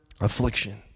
affliction